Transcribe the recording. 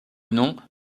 nom